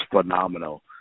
phenomenal